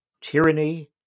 tyranny